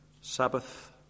Sabbath